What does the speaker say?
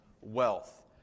wealth